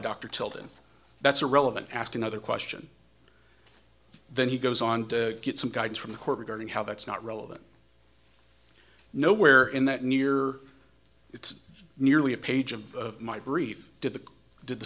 dr tilden that's a relevant ask another question then he goes on to get some guidance from the court regarding how that's not relevant nowhere in that near it's merely a page of my brief did the did the